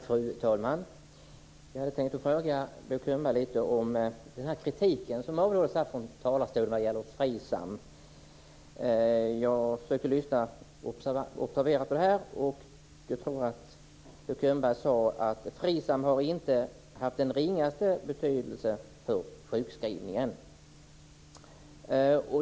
Fru talman! Jag vill fråga Bo Könberg om den kritik som åberopades från talarstolen vad gäller Frisam. Jag försökte lyssna noga på detta. Jag tror att Bo Könberg sade att Frisam inte har haft den ringaste betydelse för sjukskrivningen.